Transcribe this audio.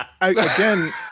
again